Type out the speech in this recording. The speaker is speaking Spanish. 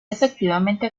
efectivamente